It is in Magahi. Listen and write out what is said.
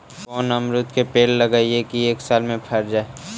कोन अमरुद के पेड़ लगइयै कि एक साल में पर जाएं?